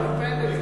הוא טרפד את זה.